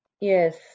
Yes